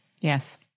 Yes